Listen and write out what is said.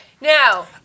Now